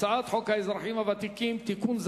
הצעת חוק האזרחים הוותיקים (תיקון,